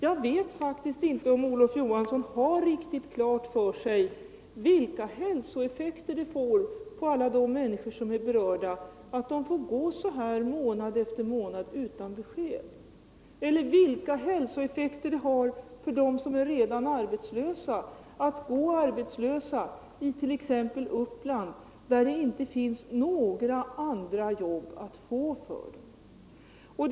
Jag vet faktiskt inte om Olof Johansson har riktigt klart för sig vilka hälsoeffekter det får på alla de människor som är berörda när de får gå månad efter månad utan att erhålla besked om sin egen situation eller vilka hälsoeffekter det har för dem som redan är arbetslösa att gå utan arbete, t.ex. i Uppland där det inte finns några andra jobb att få för dem.